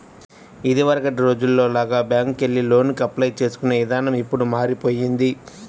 ఇదివరకటి రోజుల్లో లాగా బ్యేంకుకెళ్లి లోనుకి అప్లై చేసుకునే ఇదానం ఇప్పుడు మారిపొయ్యింది